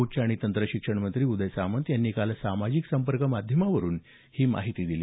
उच्च आणि तंत्रशिक्षण मंत्री उदय सामंत यांनी काल सामाजिक संपर्क माध्यमावरून ही माहिती दिली